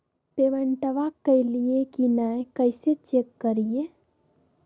पेमेंटबा कलिए की नय, कैसे चेक करिए?